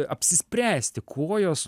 apsispręsti kuo jos